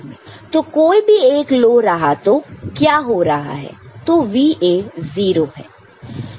तो कोई भी एक लो रहा तो क्या हो रहा है तो VA 0 है